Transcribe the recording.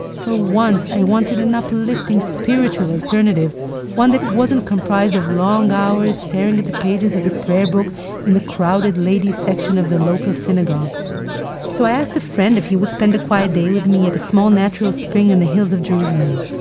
for once, i wanted an uplifting, spiritual alternative one that wasn't comprised of long hours staring at the pages of a prayer book in the crowded ladies' section of the local synagogue so i asked a friend if he would spend a quiet day with me at a small natural spring in the hills of jerusalem.